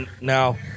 now